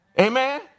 Amen